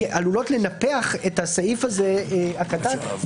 עכשיו התיקון הזה בהרכב הסיעתי הנוכחי בנוסח הזה מוסיף חבר כנסת לליכוד.